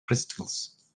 crystals